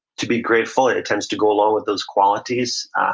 to be grateful, it tends to go along with those qualities.